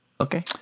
Okay